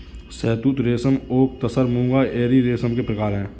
शहतूत रेशम ओक तसर मूंगा एरी रेशम के प्रकार है